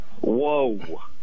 Whoa